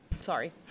Sorry